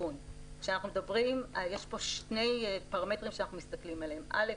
שבסיכון יש פה שני פרמטרים שאנחנו מסתכלים עליהם: א',